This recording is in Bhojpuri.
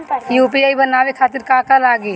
यू.पी.आई बनावे खातिर का का लगाई?